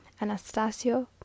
Anastasio